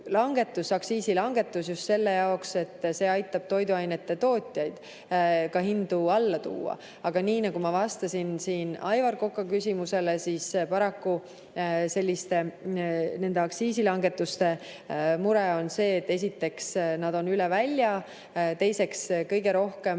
langetus just selle jaoks, et see aitab toiduainete tootjail ka hindu alla tuua. Aga nii nagu ma vastasin siin Aivar Koka küsimusele, paraku selliste aktsiisilangetuste mure on see, et esiteks on need üle välja. Teiseks, need